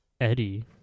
Eddie